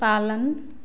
पालन